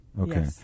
Okay